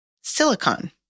Silicon